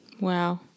Wow